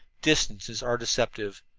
distances are deceptive.